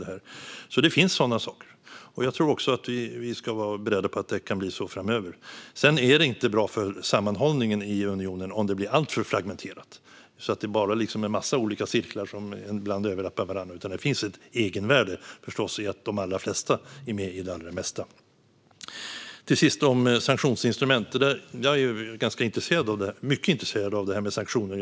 Det finns alltså sådana saker, och jag tror att vi ska vara beredda på att det också kan bli så framöver. Sedan är det inte bra för sammanhållningen i unionen om det blir alltför fragmenterat så att det bara blir en massa olika cirklar som ibland överlappar varandra. Det finns förstås ett egenvärde i att de allra flesta är med i det allra mesta. Till sist ska jag säga något om sanktionsinstrument. Jag är mycket intresserad av det här med sanktioner.